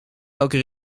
welke